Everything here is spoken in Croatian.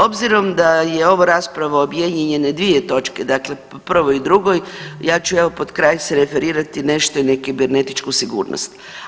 Obzirom da je ovo rasprava o objedinjene dvije točke, dakle prvoj i drugoj, ja ću evo potkraj se referirati nešto i na kibernetičku sigurnost.